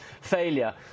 failure